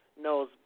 knows